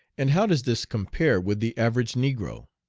and how does this compare with the average negro?